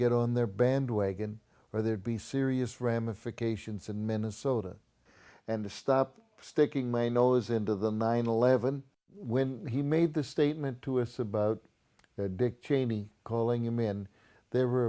get on their bandwagon where there'd be serious ramifications in minnesota and to stop sticking my nose into the nine eleven when he made the statement to us about dick cheney calling him in there